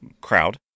Crowd